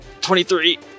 23